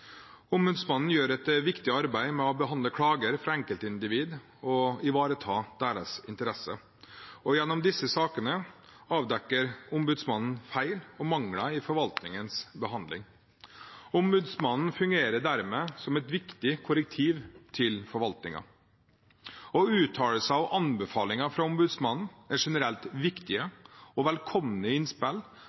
Ombudsmannen gjør et viktig arbeid med å behandle klager fra enkeltindivider og ivareta deres interesser. Gjennom disse sakene avdekker ombudsmannen feil og mangler i forvaltningens behandling. Ombudsmannen fungerer dermed som et viktig korrektiv til forvaltningen. Uttalelser og anbefalinger fra ombudsmannen er generelt viktige og velkomne innspill